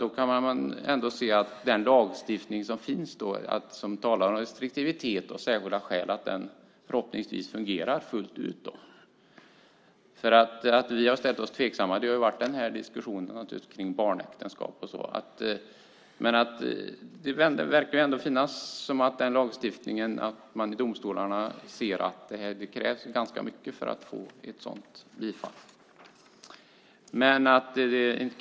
Då kan man ändå tro att den lagstiftning som finns och som talar om restriktivitet och särskilda skäl fungerar fullt ut. Anledningen till att vi har ställt oss tveksamma har naturligtvis varit diskussionen om barnäktenskap. Men det verkar ändå som att man i domstolarna ser att det krävs ganska mycket för att få en begäran om dispens bifallen.